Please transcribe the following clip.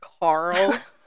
Carl